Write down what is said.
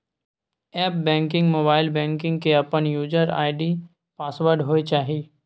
app banking, mobile banking के अपन user ID password होय चाहिए